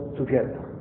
together